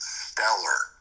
stellar